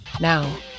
Now